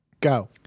go